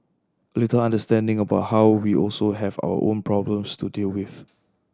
a little understanding about how we also have our own problems to deal with